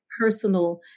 personal